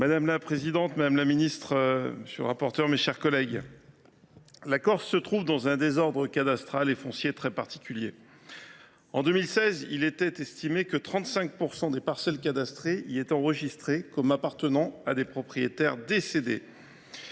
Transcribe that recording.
Madame la présidente, madame la secrétaire d’État, mes chers collègues, la Corse se trouve dans un désordre cadastral et foncier très particulier. En 2016, il était estimé que 35 % des parcelles cadastrées y étaient enregistrées comme appartenant à des propriétaires décédés.